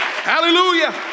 Hallelujah